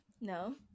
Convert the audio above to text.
No